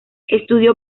estudió